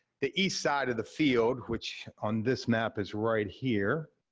the east side of the field, which on this map is right here,